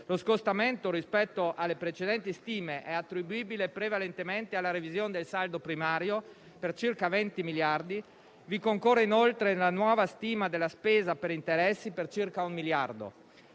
Lo scostamento rispetto alle precedenti stime è attribuibile prevalentemente alla revisione del saldo primario per circa 20 miliardi; vi concorre inoltre la nuova stima della spesa per interessi per circa un miliardo.